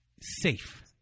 safe